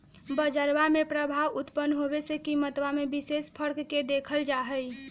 बजरवा में प्रभाव उत्पन्न होवे से कीमतवा में विशेष फर्क के देखल जाहई